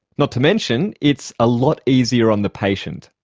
not to mention it's a lot easier on the patient.